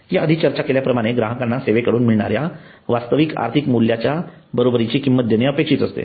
या आधी चर्चा केल्याप्रमाणे ग्राहकांना सेवेकडून मिळणाऱ्या वास्तविक आर्थिक मूल्याच्या बरोबरीची किंमत देणे अपेक्षित असते